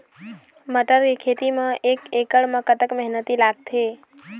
मटर के खेती म एक एकड़ म कतक मेहनती लागथे?